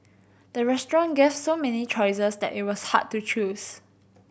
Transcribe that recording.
the restaurant gave so many choices that it was hard to choose